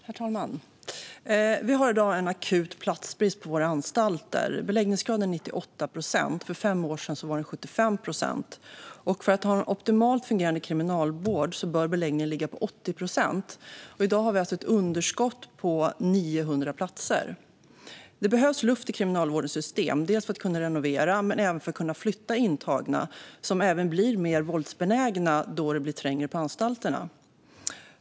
Herr talman! Vi har i dag en akut platsbrist på våra anstalter. Beläggningsgraden är 98 procent, och för fem år sedan var den 75 procent. För att ha en optimalt fungerande kriminalvård bör beläggningen ligga på 80 procent. I dag har vi ett underskott på 900 platser. Det behövs luft i Kriminalvårdens system, dels för att kunna renovera, dels för att flytta intagna, som också blir mer våldsbenägna då det blir trängre på anstalterna.